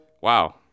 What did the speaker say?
Wow